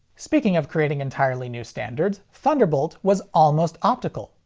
speaking of creating entirely new standards, thunderbolt was almost optical.